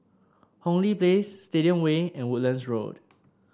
Hong Lee Place Stadium Way and Woodlands Road